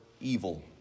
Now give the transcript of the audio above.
evil